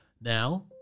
Now